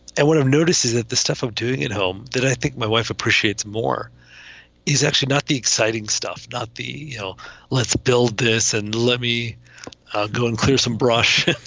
and what i've noticed is that the stuff of doing at home that i think my wife appreciates more is actually not the exciting stuff, not the whole you know let's build this and let me go and clear some brush,